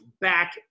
back